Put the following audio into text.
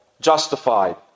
justified